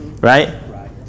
Right